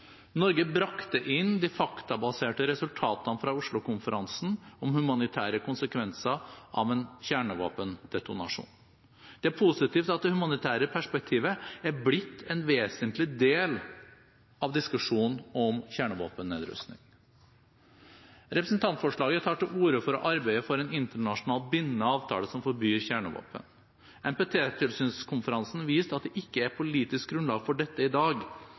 Norge brakte inn de faktabaserte resultatene fra Oslo-konferansen om humanitære konsekvenser av en kjernevåpendetonasjon. Det er positivt at det humanitære perspektivet er blitt en vesentlig del av diskusjonen om kjernevåpennedrustning. Representantforslaget tar til orde for å arbeide for en internasjonalt bindende avtale som forbyr kjernevåpen. NPT-tilsynskonferansen viste at det ikke er politisk grunnlag for dette i dag.